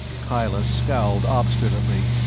kyla scowled obstinately,